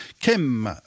Kim